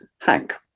Hank